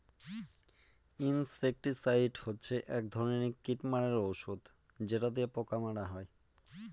insecticide হচ্ছে এক ধরনের কীট মারার ঔষধ যেটা দিয়ে পোকা মারা হয়